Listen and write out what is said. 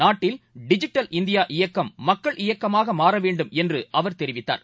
நாட்டில் digital India இயக்கம் மக்கள் இயக்கமாகமாறவேண்டும் என்றுஅவர் தெரிவித்தார்